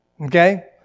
Okay